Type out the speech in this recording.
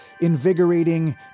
invigorating